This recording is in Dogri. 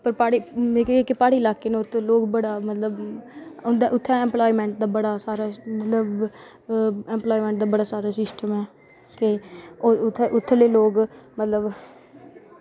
मतलब जेह्के प्हाड़ी लाह्के न उत्त लोग बड़ा मतलब उत्थै इं'दा इंपलाईमैंट बड़ा सारा मतलब इंपलाईमैंट दे बड़ा सारा सिस्टम ऐ होर इत्थै दे लोग मतलब